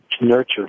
nurture